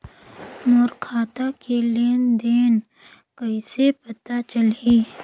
मोर खाता के लेन देन कइसे पता चलही?